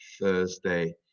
thursday